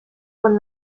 con